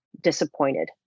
disappointed